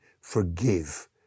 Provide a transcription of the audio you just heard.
forgive